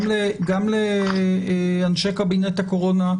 גם לאנשי קבינט הקורונה,